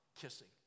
kissing